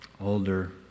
Older